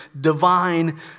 divine